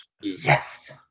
Yes